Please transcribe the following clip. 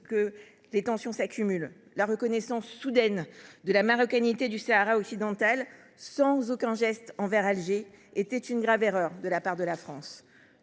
qu’elles s’accumulent. La reconnaissance soudaine de la marocanité du Sahara occidental, sans aucun geste envers Alger, était une grave erreur de la part de la France.